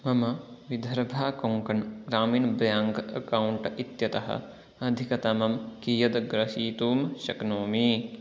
मम विधर्भाकोङ्कण् Gramin bank account इत्यतः अधिकतमं कियद् गृहीतुं शक्नोमि